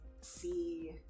see